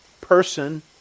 person